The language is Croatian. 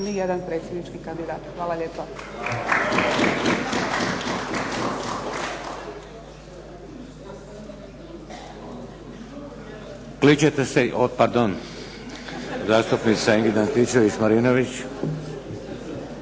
nijedan predsjednički kandidat. Hvala lijepo.